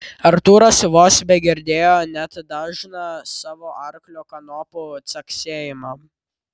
artūras vos begirdėjo net dažną savo arklio kanopų caksėjimą